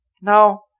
Now